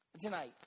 Tonight